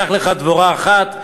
קח לך דבורה אחת,